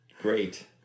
Great